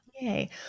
Yay